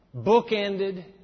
Bookended